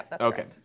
Okay